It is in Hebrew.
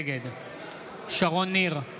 נגד שרון ניר,